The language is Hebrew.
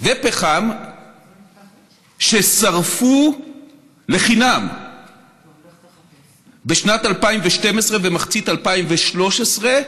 ופחם ששרפו לחינם בשנת 2012 ומחצית 2013,